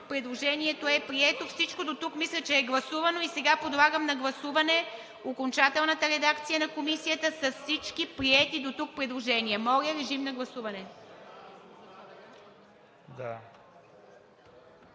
Предложението е прието. Всичко дотук мисля, че е гласувано. Сега подлагам на гласуване окончателната редакция на Комисията за § 1 с всички приети дотук предложения. (Реплики.) Гласували